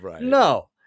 No